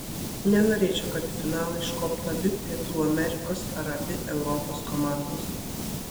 nenorėčiau kad į finalą iškoptų abi pietų amerikos ar abi europos komandos